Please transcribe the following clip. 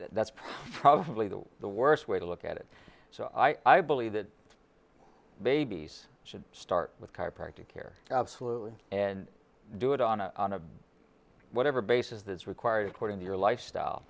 that's probably the worst way to look at it so i believe that babies should start with chiropractor care absolutely and do it on a on a whatever basis that's required according to your lifestyle